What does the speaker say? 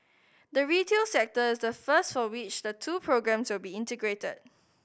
the retail sector is the first for which the two programmes will be integrated